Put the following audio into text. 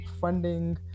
funding